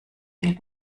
viel